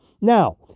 Now